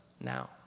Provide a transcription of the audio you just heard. now